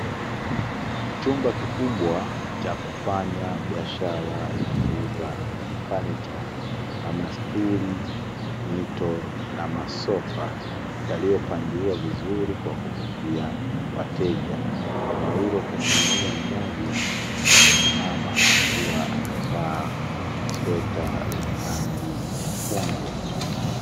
Chumba kikubwa cha kufanya biashara ya kuuza fanicha na masturi mito na masofa, yaliyopangiwa vizuri kwa kupitia wateja. Eneo hilo kuna mwanaume mmoja amesimama akiwa amevaa sweta lenye rangi nyekundu.